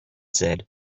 said